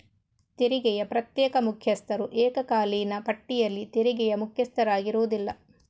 ತೆರಿಗೆಯ ಪ್ರತ್ಯೇಕ ಮುಖ್ಯಸ್ಥರು ಏಕಕಾಲೀನ ಪಟ್ಟಿಯಲ್ಲಿ ತೆರಿಗೆಯ ಮುಖ್ಯಸ್ಥರಾಗಿರುವುದಿಲ್ಲ